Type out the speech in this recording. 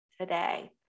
today